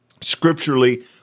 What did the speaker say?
Scripturally